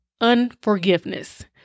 unforgiveness